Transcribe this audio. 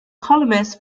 columnist